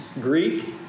Greek